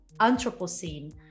Anthropocene